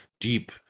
deep